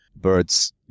birds